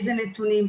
איזה נתונים,